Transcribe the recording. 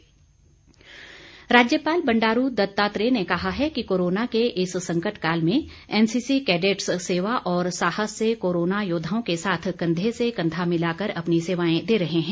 राज्यपाल राज्यपाल बंडारू दत्तात्रेय ने कहा है कि कोरोना के इस संकट काल में एनसीसी कैडेट्स सेवा और साहस से कोरोना योद्वाओं के साथ कंधे से कंधा मिलाकर अपनी सेवाएं दे रहे हैं